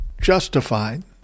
justified